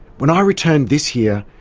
when i returned this year,